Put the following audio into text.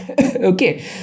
okay